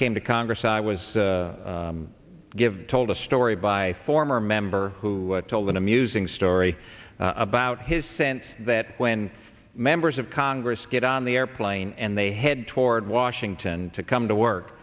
came to congress i was give told a story by a former member who told an amusing story about his sense that when members of congress get on the airplane and they head toward washington to come to work